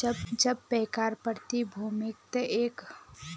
जब पैकार प्रतिभूतियक एक दिनत खरीदे वेय दिना बेचे दे त यहाक डे ट्रेडिंग कह छे